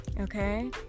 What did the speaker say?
Okay